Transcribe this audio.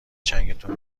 چنگتون